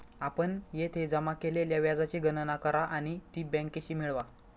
आपण येथे जमा केलेल्या व्याजाची गणना करा आणि ती बँकेशी मिळवा